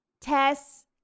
Tess